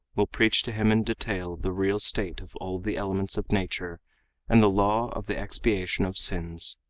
will preach to him in detail the real state of all the elements of nature and the law of the expiation of sins.